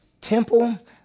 temple